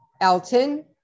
Elton